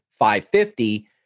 550